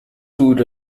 food